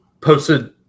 posted